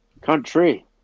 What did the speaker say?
Country